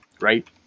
right